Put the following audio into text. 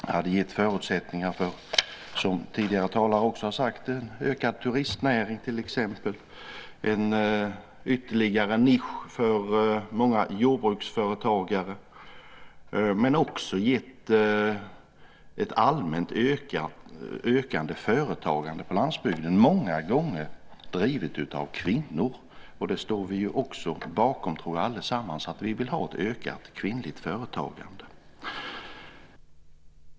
Det hade gett förutsättningar, som tidigare talare också har sagt, för ökad turistnäring till exempel, en ytterligare nisch för många jordbruksföretagare, men också gett ett allmänt ökande företagande på landsbygden, många gånger drivet av kvinnor, och vi står väl också allesammans, tror jag, bakom att vi vill ha ett ökat kvinnligt företagande.